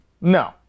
no